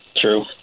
True